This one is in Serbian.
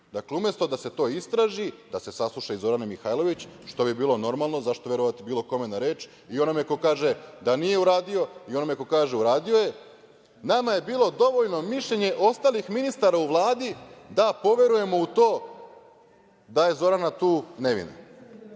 ništa. Dakle, umesto da se to istraži, da se sasluša i Zorana Mihajlović, što bi bilo normalno, zašto verovati bilo kome na reč, i onome ko kaže da nije uradio i onome ko kaže uradio je, nama je bilo dovoljno mišljenje ostalih ministara u Vladi da poverujemo u to da je Zorana tu nevina